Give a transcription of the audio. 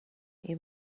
you